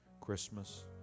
Christmas